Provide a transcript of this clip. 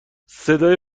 صدای